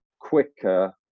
quicker